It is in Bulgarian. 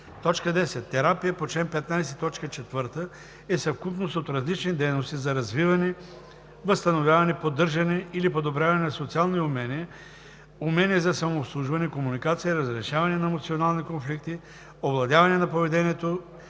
10. „Терапия“ по чл. 15, т. 4 е съвкупност от различни дейности за развиване, възстановяване, поддържане или подобряване на социални умения, умения за самообслужване, комуникация, разрешаване на емоционални конфликти, овладяване на поведението,